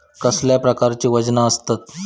कसल्या प्रकारची वजना आसतत?